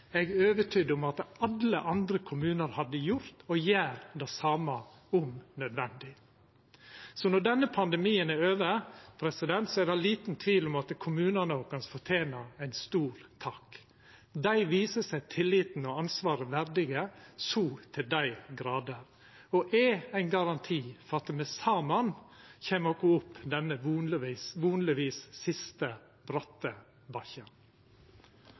er eg overtydd om at alle andre kommunar hadde gjort, og gjer, det same om nødvendig. Så når denne pandemien er over, er det liten tvil om at kommunane òg kan fortena ein stor takk. Dei viser seg tilliten og ansvaret verdig så til dei grader og er ein garanti for at me saman kjem oss opp denne – vonleg – siste, bratte bakken.